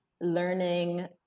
learning